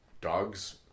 dogs